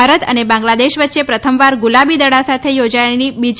ભારત અને બાંગ્લાદેશ વચ્ચે પ્રથમવાર ગુલાબી દડા સાથે યોજાયેલી બીજી